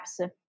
apps